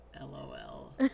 lol